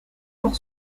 pour